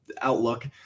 outlook